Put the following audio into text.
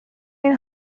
این